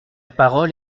parole